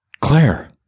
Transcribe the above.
Claire